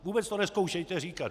Vůbec to nezkoušejte říkat!